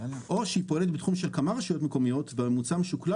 או שהיא פועלת בתחום של כמה רשויות מקומיות בממוצע משוכלל